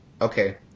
Okay